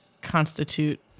Constitute